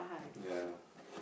ya